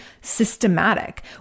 systematic